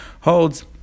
holds